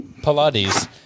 Pilates